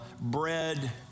bread